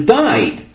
died